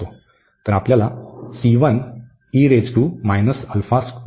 तर आपल्याकडे आहे